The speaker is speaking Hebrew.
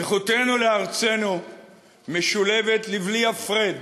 זכותנו לארצנו משולבת לבלי הפרד